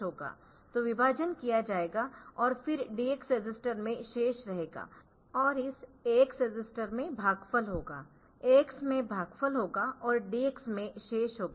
तो विभाजन किया जाएगा और फिर DX रजिस्टर में शेष रहेगा और इस AX रजिस्टर में भागफल होगा AX में भागफल होगा और DX में शेष होगा